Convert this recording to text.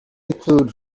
include